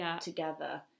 together